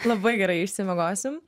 labai gerai išsimiegosim